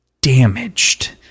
damaged